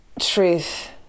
truth